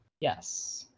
Yes